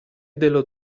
dello